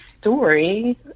story